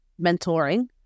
mentoring